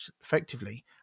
effectively